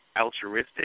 altruistic